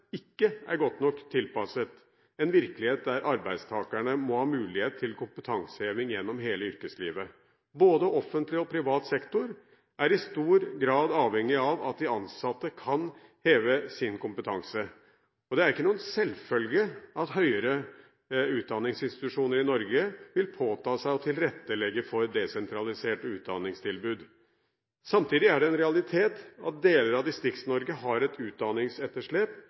ikke er godt nok tilpasset en virkelighet der arbeidstakerne må ha mulighet til kompetanseheving gjennom hele yrkeslivet. Både offentlig og privat sektor er i stor grad avhengig av at de ansatte kan heve sin kompetanse. Det er ikke noen selvfølge at høyere utdanningsinstitusjoner i Norge vil påta seg å tilrettelegge for desentralisert utdanningstilbud. Samtidig er det en realitet at deler av Distrikts-Norge har et utdanningsetterslep